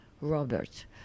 Robert